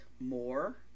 more